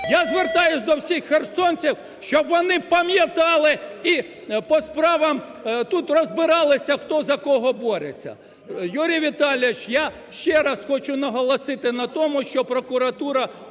Я звертаюсь до всіх херсонців, щоб вони пам'ятали і по справам тут розбиралися, хто за кого бореться. Юрій Віталійович, я ще раз хочу наголосити на тому, що прокуратура